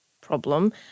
problem